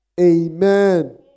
Amen